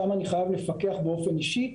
שם אני חייב לפקח באופן אישי.